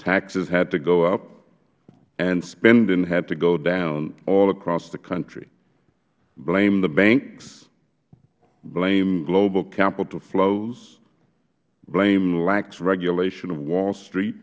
taxes had to go up and spending had to go down all across the country blame the banks blame global capital flows blame lax regulation of wall street